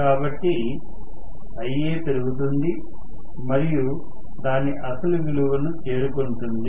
కాబట్టి Ia పెరుగుతుంది మరియు దాని అసలు విలువను చేరుకుంటుంది